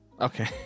Okay